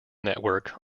network